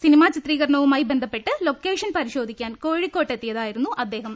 cinema ചിത്രീകരണവുമായി ബന്ധപ്പെട്ട് location പരിശോധിക്കാൻ കോഴിക്കോട്ട് എത്തിയതായിരുന്നു അദ്ദേഹം